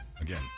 Again